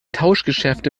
tauschgeschäfte